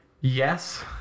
Yes